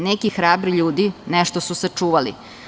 Neki hrabri ljudi nešto su sačuvali.